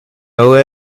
owe